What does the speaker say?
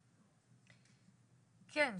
כן,